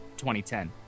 2010